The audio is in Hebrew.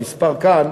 במספר כאן,